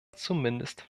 zumindest